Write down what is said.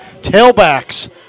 tailbacks